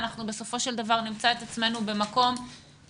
אנחנו בסופו של דבר נמצא את עצמנו במקום שהמדינה